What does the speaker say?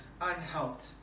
unhelped